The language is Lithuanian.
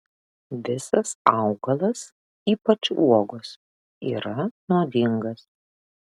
visas augalas ypač uogos yra nuodingas